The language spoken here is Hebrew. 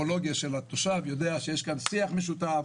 התושב יודע שיש כאן שיח משותף,